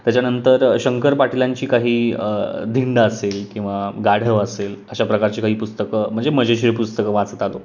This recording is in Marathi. त्याच्यानंतर शंकर पाटीलांची काही धिंड असेल किंवा गाढव असेल अशा प्रकारची काही पुस्तकं म्हणजे म्हणजे मजेशीर पुस्तकं वाचत आलो